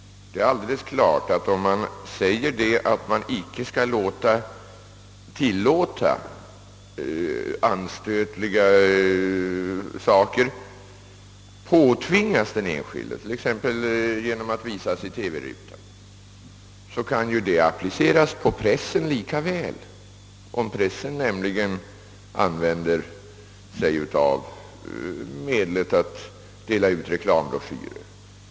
Det är alldeles klart att om man säger att man icke skall tillåta att anstötliga saker påtvingas den enskilde, t.ex. genom att visas i TV-rutan, så kan detta lika väl appliceras på pressen, om pressen använder metoden att dela ut reklambroschyrer.